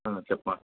ఆ చెప్పు అమ్మా